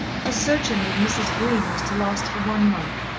her sojourn with mrs. green was to last for one month,